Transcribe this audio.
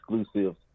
exclusive